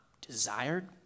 desired